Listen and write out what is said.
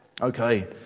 Okay